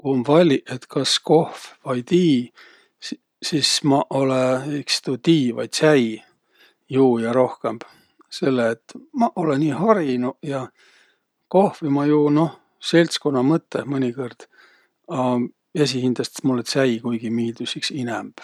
Ku um valliq, et kas kohv vai tii, si- sis maq olõ iks tuu tii vai tsäi juuja rohkõmb, selle et maq olõ nii harinuq ja. Kohvi ma juu, noh, seltskunna mõttõh mõnikõrd, a esiqhindäst mullõ tsäi kuigi miildüs iks inämb.